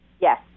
Yes